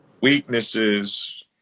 weaknesses